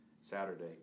Saturday